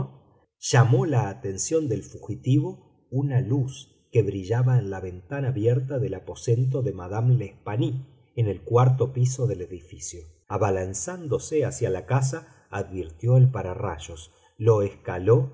llamó la atención del fugitivo una luz que brillaba en la ventana abierta del aposento de madame l'espanaye en el cuarto piso del edificio abalanzándose hacia la casa advirtió el pararrayos lo escaló